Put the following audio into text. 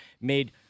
made